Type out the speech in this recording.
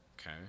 okay